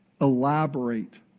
elaborate